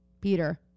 peter